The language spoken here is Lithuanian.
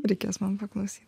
reikės man paklausyt